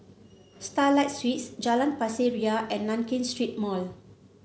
Starlight Suites Jalan Pasir Ria and Nankin Street Mall